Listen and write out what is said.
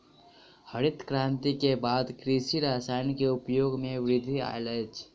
हरित क्रांति के बाद कृषि रसायन के उपयोग मे वृद्धि आयल अछि